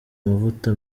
mavuta